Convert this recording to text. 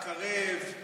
לקרב?